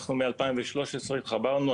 אנחנו מ-2013 התחברנו.